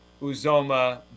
Uzoma